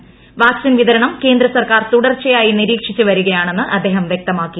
വീഴുക്സിൻ വിതരണം കേന്ദ്രസർക്കാർ തുടർച്ചയായി നിരീക്ഷിച്ച് വര്ിക്യാണെന്ന് അദ്ദേഹം വൃക്തമാക്കി